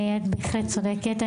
את בהחלט צודקת.